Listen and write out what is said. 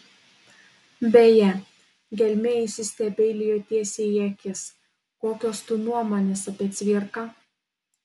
beje gelmė įsistebeilijo tiesiai į akis kokios tu nuomonės apie cvirką